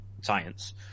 science